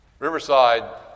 Riverside